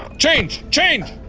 change, change!